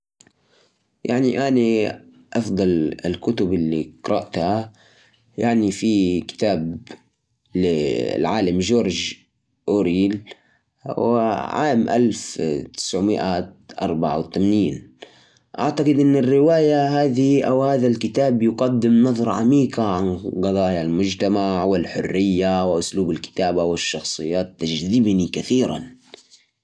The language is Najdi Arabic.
أفضل كتاب قرأته مؤخراً هو أولاد حارتنا لنجيب محفوظ. أعتبره رائع لأنه يناقش قضايا اجتماعية ودينية بطريقة عميقة ومشوقة. الكتاب يطرح أفكار جديدة ويعكس واقع الحياة بشكل فلسفي. أرشحه للناس اللي يحبون الأدب الرفيع ويبحثون عن تجربة فكريه مختلفة